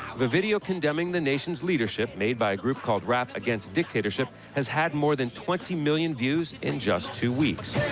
the video condemning the nation's leadership, made by a group called rap against dictatorship, has had more than twenty million views in just two weeks.